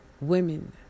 women